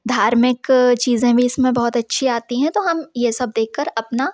धार्मिक चीजें भी इस में बहुत अच्छी आती हैं तो हम ये सब देख कर अपना